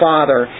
Father